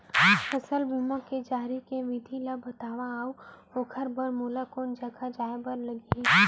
फसल के बीमा जरिए के विधि ला बतावव अऊ ओखर बर मोला कोन जगह जाए बर लागही?